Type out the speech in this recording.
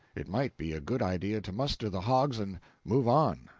it might be a good idea to muster the hogs and move on.